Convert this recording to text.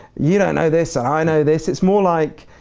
you don't know this and i know this. it's more like,